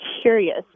curious